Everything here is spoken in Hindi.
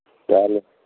चलो